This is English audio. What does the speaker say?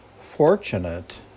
fortunate